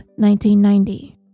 1990